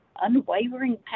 unwavering